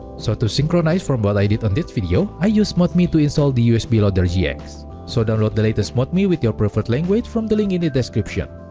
so to synchronize from what i did on that video, i use modmii to install the usb loader gx. so download the latest modmii with your preferred language from the link in the description.